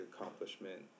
accomplishment